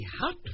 hot